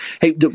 Hey